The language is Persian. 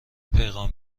پیغام